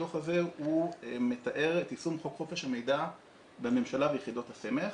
הדוח הזה מתאר את יישום חוק חופש המידע בממשלה וביחידות הסמך,